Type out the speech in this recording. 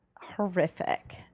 horrific